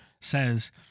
says